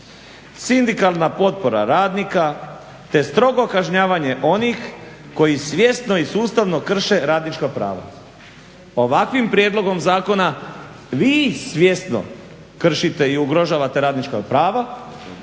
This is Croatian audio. sindikalna potpora radnika te strog kažnjavanje onih koji svjesno i sustavno krše radničko pravo." Ovakvim prijedlogom zakona vi svjesno kršite i ugrožavate radnička prava,